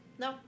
No